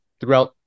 throughout